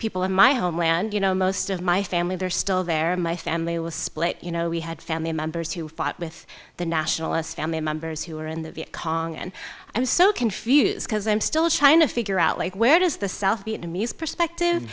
people in my homeland you know most of my family they're still there my family was split you know we had family members who fought with the nationalist family members who were in the vietcong and i'm so confused because i'm still trying to figure out like where does the south vietnamese perspective